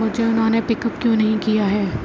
مجھے انہوں نے پک اپ کیوں نہیں کیا ہے